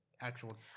actual